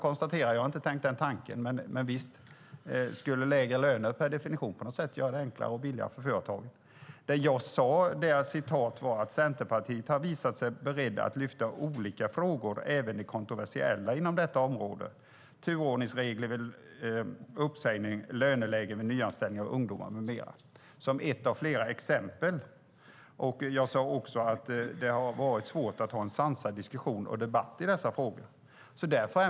Jag har inte tänkt den tanken, men visst skulle lägre löner göra det enklare och billigare för företagen. Det jag sade var att Centerpartiet har varit berett att lyfta fram olika frågor, även de kontroversiella inom detta område, såsom turordningsregler, uppsägning, löneläge vid nyanställning av ungdomar med mera. Jag sade också att det har varit svårt att ha en sansad diskussion och debatt i dessa frågor.